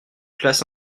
classe